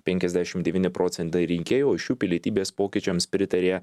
penkiasdešimt devyni procentai rinkėjų iš jų pilietybės pokyčiams pritarė